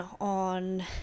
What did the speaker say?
on